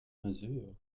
mesures